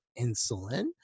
insulin